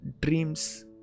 dreams